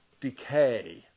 decay